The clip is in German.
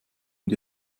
und